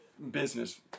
business